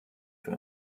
für